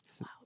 Wow